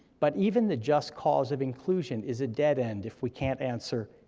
but even the just cause of inclusion is a dead end if we can't answer,